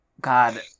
god